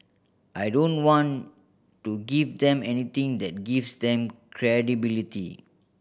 I don't want to give them anything that gives them credibility